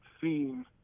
seen